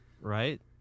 Right